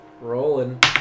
rolling